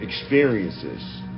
experiences